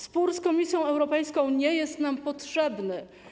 Spór z Komisją Europejską nie jest nam potrzebny.